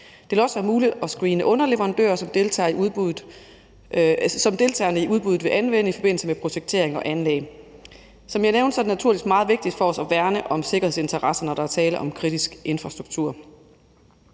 Det vil også være muligt at screene underleverandører, som deltagerne i udbuddet vil anvende i forbindelse med projektering og anlæg. Som jeg nævnte, er det naturligvis meget vigtigt for os at værne om sikkerhedsinteresser, når der er tale om kritisk infrastruktur.